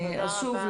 אז שוב,